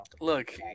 Look